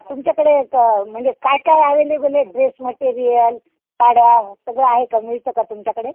तुमच्याकडे का म्हणजे काय काय अवेलेबल ड्रेस मटेरियल साड्या सगळं आहे का मिळत का तुमच्याकडे